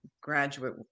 graduate